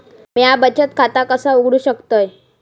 म्या बचत खाता कसा उघडू शकतय?